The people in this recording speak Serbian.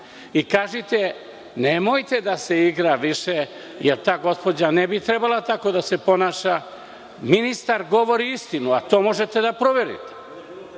i kažite – nemojte da se igra više, jer ta gospođa ne bi trebalo tako da se ponaša. Ministar govori istinu, a to možete da proverite.